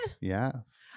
Yes